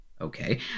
Okay